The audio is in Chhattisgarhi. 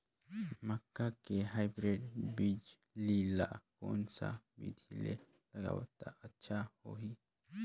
मक्का के हाईब्रिड बिजली ल कोन सा बिधी ले लगाबो त अच्छा होहि?